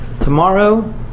tomorrow